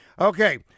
Okay